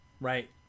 Right